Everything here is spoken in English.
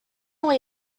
where